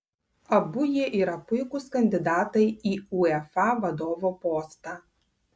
abu jie yra puikūs kandidatai į uefa vadovo postą